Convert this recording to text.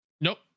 nope